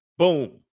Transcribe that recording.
Boom